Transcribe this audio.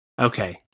okay